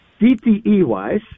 DTE-wise